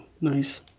nice